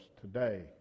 today